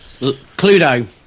Cluedo